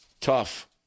Tough